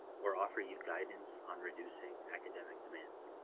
or offer your guidance on reducing academic demands.